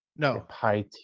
No